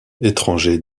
étranger